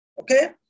Okay